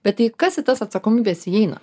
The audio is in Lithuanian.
bet tai kas į tas atsakomybes įeina